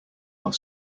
are